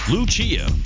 Lucia